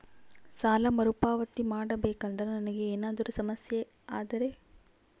ಸಾಲ ಮರುಪಾವತಿ ಮಾಡಬೇಕಂದ್ರ ನನಗೆ ಏನಾದರೂ ಸಮಸ್ಯೆ ಆದರೆ?